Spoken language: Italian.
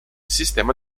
sistema